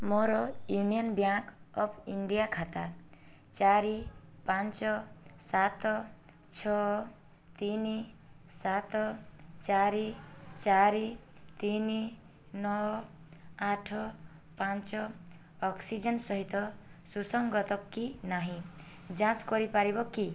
ମୋର Union Bank of India ଖାତା ଚାରି ପାଞ୍ଚ ସାତ ଛଅ ତିନି ସାତ ଚାରି ଚାରି ତିନି ନଅ ଆଠ ପାଞ୍ଚ ଅକ୍ସିଜେନ୍ ସହିତ ସୁସଙ୍ଗତ କି ନାହିଁ ଯାଞ୍ଚ କରିପାରିବ କି